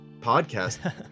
podcast